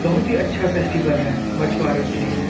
बहुत ही अच्छा फ़ेस्टिवल है मछुआरों के लिए